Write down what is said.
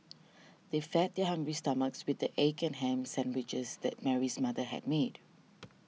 they fed their hungry stomachs with the egg and ham sandwiches that Mary's mother had made